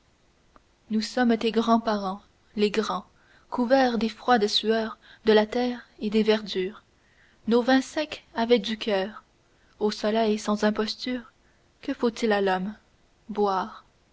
nous sommes tes grands parents les grands couverts des froides sueurs de la terre et des verdures nos vins secs avaient du coeur au soleil sans imposture que faut-il à l'homme boire